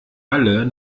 alle